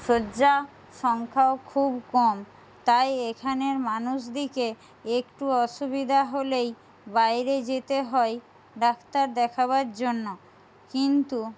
শয্যা সংখ্যাও খুব কম তাই এখানের মানুষদিগকে একটু অসুবিধা হলেই বাইরে যেতে হয় ডাক্তার দেখাবার জন্য কিন্তু